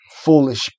Foolish